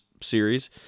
series